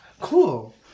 cool